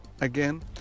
again